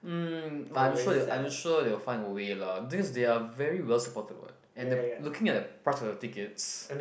mm but I'm sure I'm sure they will find a way lah because there are very well supported what and the looking at the price of the tickets